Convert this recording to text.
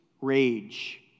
rage